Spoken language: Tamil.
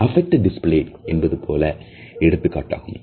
அபெக் ட் டிஸ்ப்ளே என்பதுபோல் எடுத்துக்காட்டாகும்